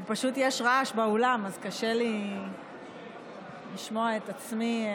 רק פשוט יש רעש באולם, אז קשה לי לשמוע את עצמי.